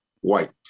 White